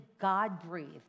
God-breathed